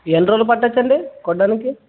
ఎన్ని రోజులు పట్టవచ్చు అండి కొట్టడానికి